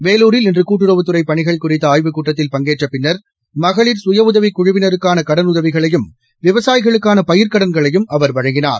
வேலூரில் இன்று கூட்டுறவுத்துறை பணிகள் குறித்த ஆய்வுக் கூட்டத்தில் பங்கேற்ற பின்னர் மகளிர் சுயஉதவிக் குழுவினருக்கான கடனுதவிகளையும் விவசாயிகளுக்கான பயிர்க்கடன்களையும் அவர் வழங்கினார்